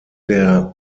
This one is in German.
der